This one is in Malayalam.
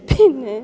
പിന്നെ